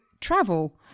travel